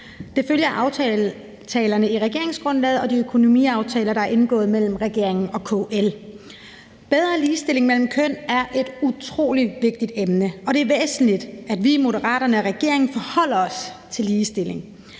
en følge af aftalerne i regeringsgrundlaget og de økonomiaftaler, der er indgået mellem regeringen og KL. Bedre ligestilling mellem kønnene er et utrolig vigtigt emne, og det er væsentligt, at vi i Moderaterne og regeringen forholder os til ligestilling,